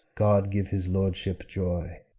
god give his lordship joy!